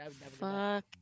fuck